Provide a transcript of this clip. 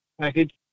package